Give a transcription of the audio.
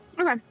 Okay